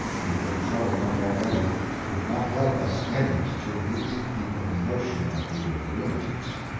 we were in trouble enough already it could not help us any to give these people the notion that we were lunatics.